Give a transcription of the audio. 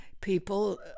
people